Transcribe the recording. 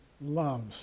loves